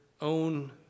own